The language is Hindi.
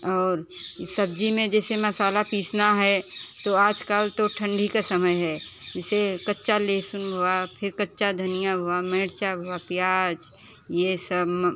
और सब्जी में जैसे मसाला पीसना है तो आज कल तो ठंडी का समय है जैसे कच्चा लहसुन हुआ फिर कच्चा धनिया हुआ मिरचा हुआ प्याज ये सब